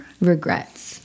regrets